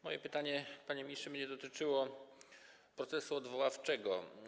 Moje pytanie, panie ministrze, będzie dotyczyło procesu odwoławczego.